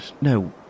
no